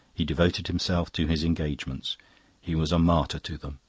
he devoted himself to his engagements he was a martyr to them.